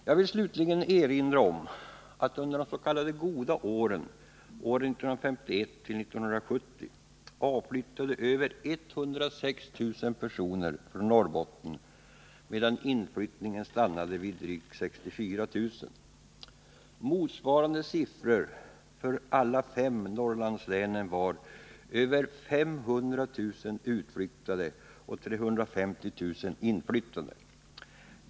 Jag vill slutligen erinra om att under de s.k. goda åren 1951-1970 avflyttade över 106 000 personer från Norrbotten, medan antalet inflyttade stannade vid drygt 64 000. Motsvarande siffror för alla fem Norrlandslänen var över 500 000 utflyttade och 350 000 inflyttade.